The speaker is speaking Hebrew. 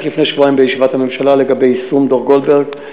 לפני שבועיים בישיבת הממשלה לגבי יישום דוח גולדברג.